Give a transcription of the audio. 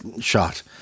shot